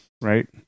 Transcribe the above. right